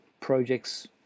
projects